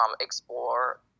explore